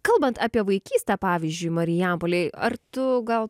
kalbant apie vaikystę pavyzdžiui marijampolėj ar tu gal